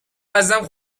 ازم